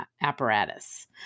apparatus